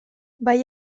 bai